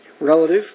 relative